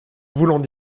voulant